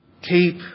Keep